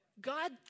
God